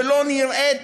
ולא נראית